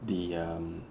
the um